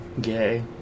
gay